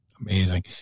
amazing